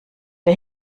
der